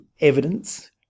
evidence